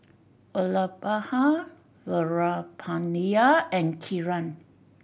Vallabhbhai Veerapandiya and Kiran